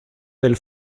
del